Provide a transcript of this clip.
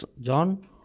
John